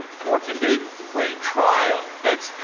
fourteen day free trial. that's.